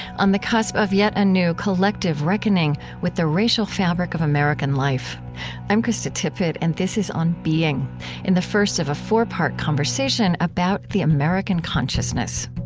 on the cusp of yet a new collective reckoning with the racial fabric of american life i'm krista tippett, and this is on being in the first of a four-part conversation about the american consciousness.